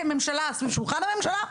כממשלה סביב שולחן הממשלה,